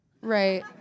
right